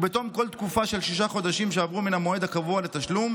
ובתום כל תקופה של שישה חודשים שעברו מן המועד הקבוע לתשלום,